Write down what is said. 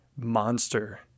monster